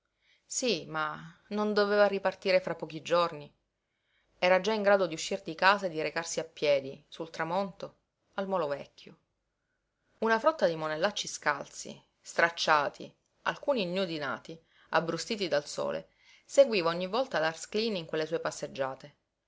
sí ma non doveva ripartire fra pochi giorni era già in grado di uscir di casa e di recarsi a piedi sul tramonto al molo vecchio una frotta di monellacci scalzi stracciati alcuni ignudi nati abbrustiti dal sole seguiva ogni volta lars cleen in quelle sue passeggiate